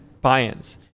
buy-ins